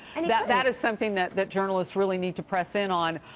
and yeah that is something that that journalists really need to press in on.